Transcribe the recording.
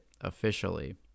officially